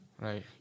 Right